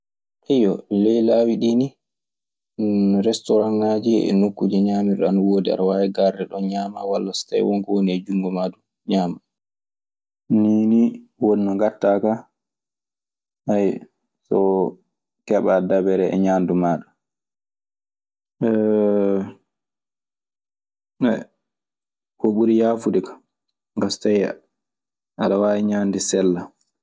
ley laawi ɗi nii, restoranŋaaji e nokkuuji ñaamirɗi. Ana woodi aɗa waawi ngarde ɗoo ñaama, walla so tawi won ko woni e jungo maa duu ñaame. Nii ni woni no ngaɗtaa ka, so keɓaa dabere e ñaandu maaɗa. Ko ɓuri yaafude kaa, ɗun kaa so tawii aɗe waawi ñaande sella.